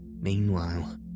Meanwhile